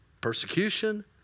persecution